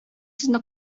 сезне